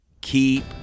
keep